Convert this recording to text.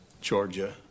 Georgia